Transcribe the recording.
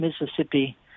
Mississippi